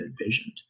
envisioned